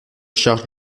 charge